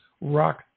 Rock